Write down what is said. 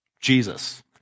Jesus